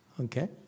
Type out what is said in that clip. Okay